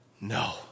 No